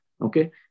Okay